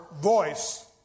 voice